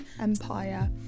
Empire